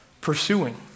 pursuing